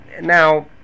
Now